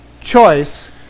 choice